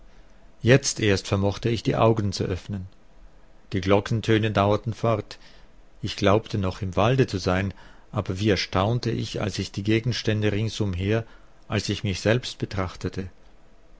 jetzt erst vermochte ich die augen zu öffnen die glockentöne dauerten fort ich glaubte noch im walde zu sein aber wie erstaunte ich als ich die gegenstände ringsumher als ich mich selbst betrachtete